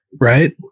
right